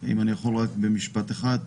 אם אני יכול רק לומר במשפט אחד,